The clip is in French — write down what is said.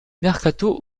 mercato